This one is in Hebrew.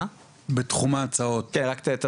אני אגיד רק עוד משפט אחד,